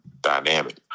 dynamic